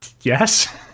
Yes